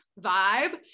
vibe